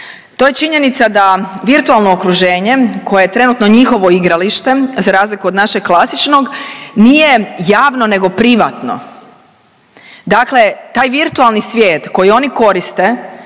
To je činjenica da virtualno okruženje koje je trenutno njihovo igralište za razliku od našeg klasičnog nije javno nego privatno. Dakle, taj virtualni svijet koji oni koriste